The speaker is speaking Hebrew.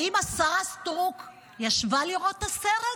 האם השרה סטרוק ישבה לראות את הסרט?